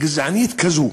גזענית כזאת,